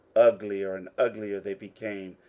uglier and uglier they became,